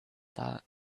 thought